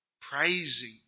praising